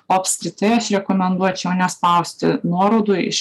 o apskritai aš rekomenduočiau nespausti nuorodų iš